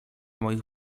moich